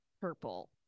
purple